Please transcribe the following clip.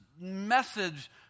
message